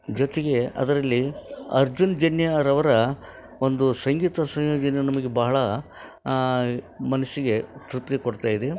ಜೊತೆಗೆ ಅದರಲ್ಲಿ ಅರ್ಜುನ್ ಜನ್ಯರವರ ಒಂದು ಸಂಗೀತ ಸಂಯೋಜನೆ ನಮಗೆ ಬಹಳ ಮನಸ್ಸಿಗೆ ತೃಪ್ತಿ ಕೊಡ್ತಾ ಇದೆ